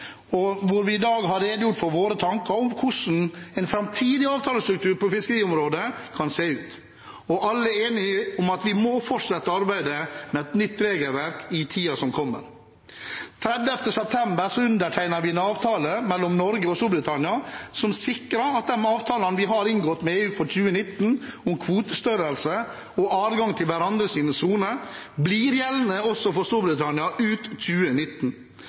for våre tanker om hvordan en framtidig avtalestruktur på fiskeriområdet kan se ut. Alle er enige om at vi må fortsette arbeidet med et nytt regelverk i tiden som kommer. Den 30. september undertegnet vi en avtale mellom Norge og Storbritannia som sikrer at de avtalene vi har inngått med EU for 2019 om kvotestørrelse og adgang til hverandres soner, blir gjeldende også for Storbritannia ut 2019